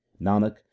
Nanak